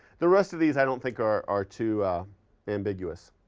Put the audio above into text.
the rest of these i don't think are are too ambiguous.